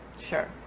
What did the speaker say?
Sure